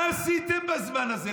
מה עשיתם בזמן הזה?